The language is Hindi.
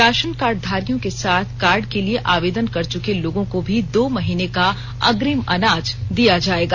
राशन कार्डधारियों के साथ कार्ड के लिए आवेदन कर चुके लोगों को भी दो महीने का अग्रिम अनाज दिया जाएगा